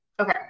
Okay